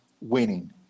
winning